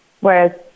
Whereas